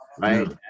right